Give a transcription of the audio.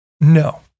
No